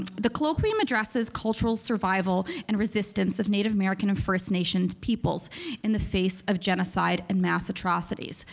the colloquium addresses cultural survival and resistance of native american and first nation peoples in the face of genocide and mass atrocities.